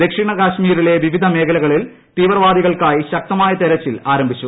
ദക്ഷിണകശ്മീരിലെ വിവിധ മേഖലകളിൽ തീവ്രവാദികൾക്കായി ശക്തമായ തെരച്ചിൽ ആരംഭിച്ചു